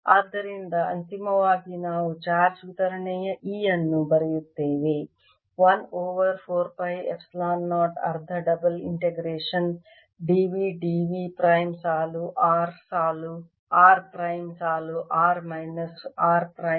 ಆದ್ದರಿಂದ ಅಂತಿಮವಾಗಿ ನಾವು ಚಾರ್ಜ್ ವಿತರಣೆಯ E ಅನ್ನು ಬರೆಯುತ್ತೇವೆ ಅದು 1 ಓವರ್ 4 ಪೈ ಎಪ್ಸಿಲಾನ್ 0 ಅರ್ಧ double integration d v d v prime ಸಾಲು r ಸಾಲು r ಪ್ರೈಮ್ ಸಾಲು r ಮೈನಸ್ r ಪ್ರೈಮ್